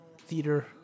theater